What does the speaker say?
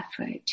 effort